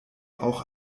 auch